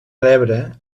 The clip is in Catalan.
rebre